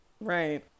Right